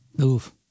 Oof